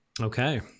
Okay